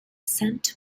sent